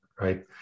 right